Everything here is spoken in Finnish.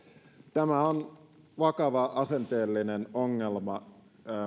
tämä on vakava asenteellinen ongelma